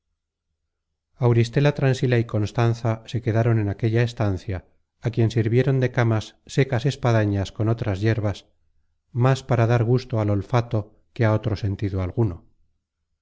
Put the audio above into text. auristela transila y constanza se quedaron en aquella estancia á quien sirvieron de camas secas espadañas con otras yerbas más para dar gusto al olfato que á otro sentido alguno